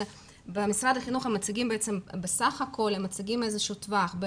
במשרד החינוך בסך הכול הם מציגים איזשהו טווח,